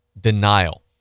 denial